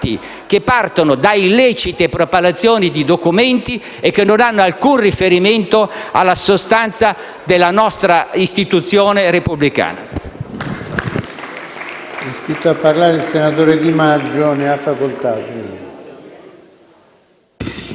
che partono da illecite propalazioni di documenti e che non hanno alcun riferimento alla sostanza della nostra istituzione repubblicana.